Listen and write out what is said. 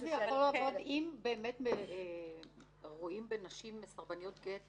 --- אם באמת רואים בנשים הרבה יותר מהר סרבניות גט,